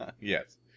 Yes